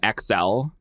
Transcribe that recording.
xl